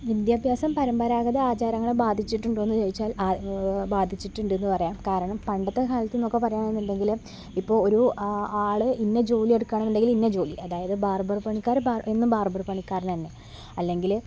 വിദ്യാഭ്യാസം പരമ്പരാഗത ആചാരങ്ങളെ ബാധിച്ചിട്ടുണ്ടോയെന്നു ചോദിച്ചാൽ ബാധിച്ചിട്ടുണ്ടെന്നു പറയാം കാരണം പണ്ടത്തെ കാലത്തെന്നൊക്കെ പറയാണെന്നുണ്ടെങ്കിൽ ഇപ്പോൾ ഒരു ആള് ഇന്ന ജോലി എടുക്കുകയാണെന്നുണ്ടെങ്കിൽ ഇന്ന ജോലി അതായത് ബാർബർ പണിക്കാർ എന്നും ബാർബർ പണിക്കാരൻ തന്നെ അല്ലെങ്കിൽ